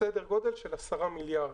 בסדר גודל של 10 מיליארד.